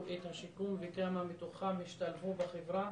את השיקום וכמה מתוכם השתלבו בחברה